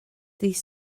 ddydd